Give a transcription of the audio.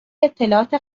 اطلاعات